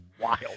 wild